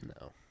No